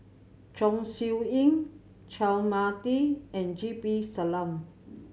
Chong Siew Ying Chua Mia Tee and G P Selvam